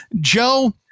Joe